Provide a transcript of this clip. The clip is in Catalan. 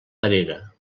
perera